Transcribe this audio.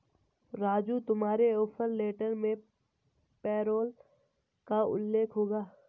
राजू तुम्हारे offer letter में parole का उल्लेख होगा